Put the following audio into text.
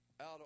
out